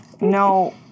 No